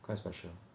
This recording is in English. quite special